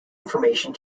information